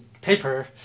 paper